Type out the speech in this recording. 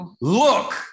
Look